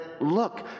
look